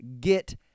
get